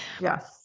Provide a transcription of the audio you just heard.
yes